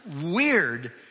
weird